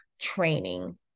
training